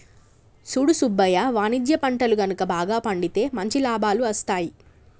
సూడు సుబ్బయ్య వాణిజ్య పంటలు గనుక బాగా పండితే మంచి లాభాలు అస్తాయి